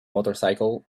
motorcycle